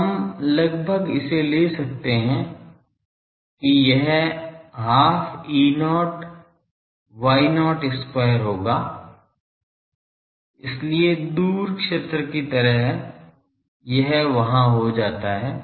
तो हम लगभग इसे ले सकते हैं कि यह half Y0 E0 square होगा इसलिए दूर क्षेत्र की तरह यह वहाँ हो जाता है